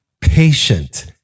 patient